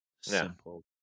simple